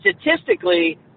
statistically